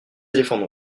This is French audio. éléphants